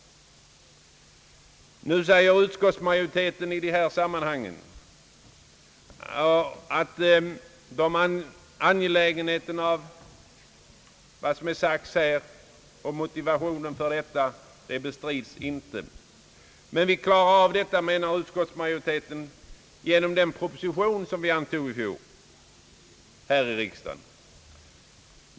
Nu säger utskottsmajoriteten att angelägenheten av och motiveringen för vad som här föreslås inte bestrids men att man klarat av detta genom den proposition som antogs i fjol.